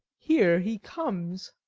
here he comes.